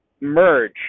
merge